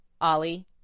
Ollie